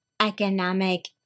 economic